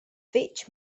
fetg